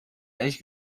ehrlich